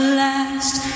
last